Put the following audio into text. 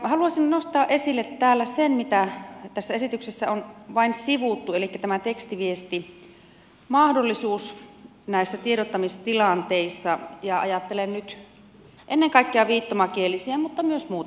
haluaisin nostaa esille täällä sen mitä tässä esityksessä on vain sivuttu elikkä tämän tekstiviestimahdollisuuden näissä tiedottamistilanteissa ja ajattelen nyt ennen kaikkea viittomakielisiä mutta myös muuta väestöä